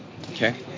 Okay